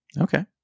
Okay